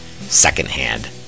Secondhand